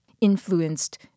influenced